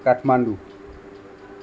Kathmandu